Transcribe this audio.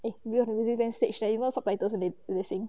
eh you know the music bank stage there's even subtitles when they are saying